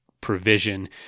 provision